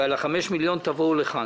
ועל ה-5 מיליון שקלים תבואו לכאן.